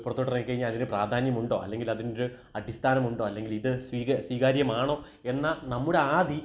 പുറത്തോട്ടിറങ്ങിക്കഴിഞ്ഞാൽ അതിന് പ്രാധാന്യമുണ്ടോ അല്ലെങ്കിൽ അതിനൊരു അടിസ്ഥാനമുണ്ടോ അല്ലെങ്കിൽ ഇത് സ്വീക സ്വീകാര്യമാണോ എന്ന നമ്മുടെ ആധി